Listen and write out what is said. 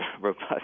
robust